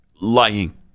lying